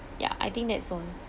ya I think that's all